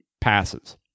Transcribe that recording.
passes